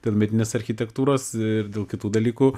dėl medinės architektūros ir dėl kitų dalykų